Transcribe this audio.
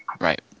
Right